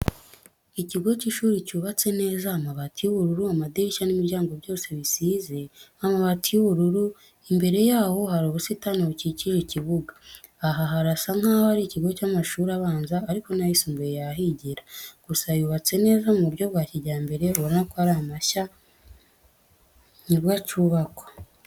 Ikigo cy'ishuri cyubatse neza amabati y'ubururu, amadirishya n'imiryango byose bisize amabati y'bururu, imbere yaho hari ubusitani bukikije ikibuga. Aha harasa nkaho ari ikigo cy'amashuri abanza ariko n'ayisumbuye yahigira, gusa yubatse neza mu buryo bwa kijyambere urabona ko ari mashya ni bwo acyubakwa.